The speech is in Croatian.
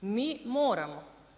Mi moramo.